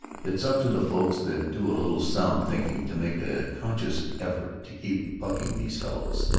it's up to the folks that do a little sound thinking to make a conscious effort to keep bucking these fellows.